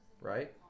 Right